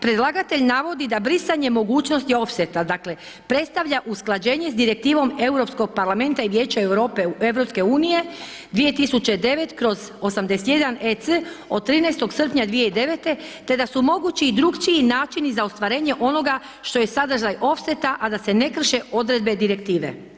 Predlagatelj navodi da brisanje mogućnosti ofseta dakle predstavlja usklađenje s Direktivnom Europskog parlamenta i Vijeća Europe EU 2009/81EC od 13. srpnja 2009. te da su mogući i drukčiji načini za ostvarenje onoga što je sadržaj ofseta a da se ne krše odredbe Direktive.